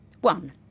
One